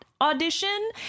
audition